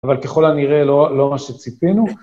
אבל ככל הנראה לא מה שציפינו.